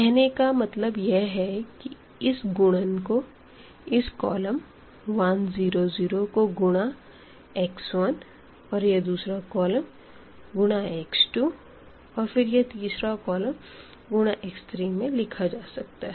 कहने का मतलब यह है कि इस गुणन को इस कॉलम 1 0 0 को गुना x1 और यह दूसरा कॉलम गुना x2 और फिर यह तीसरा कॉलम गुना x3में लिखा जा सकता है